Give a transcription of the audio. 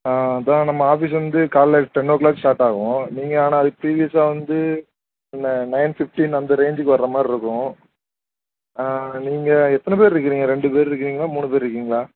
ஆ அதான் நம்ம ஆஃபிஸ் வந்து காலையில் டென் ஓ க்ளாக் ஸ்டார்ட் ஆகும் நீங்கள் ஆனால் அது ப்ரீவியஸ்ஸாக வந்து அந்த நயன் ஃபிஃப்டின் அந்த ரேஞ்சுக்கு வர்ற மாதிரி இருக்கும் நீங்கள் எத்தனை பேர் இருக்குறிங்க ரெண்டு பேர் இருக்குறிங்களா மூணு பேர் இருக்கிங்களா